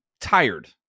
tired